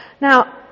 Now